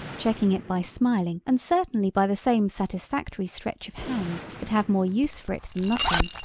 checking it by smiling and certainly by the same satisfactory stretch of hands that have more use for it than nothing,